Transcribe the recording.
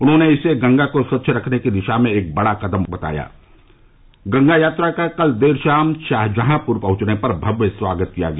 उन्होंने इसे गंगा को स्वच्छ रखने की दिशा में एक बड़ी सफलता बताया गंगा यात्रा का कल देर शाम शाहजहांपुर पहुंचने पर भव्य स्वागत किया गया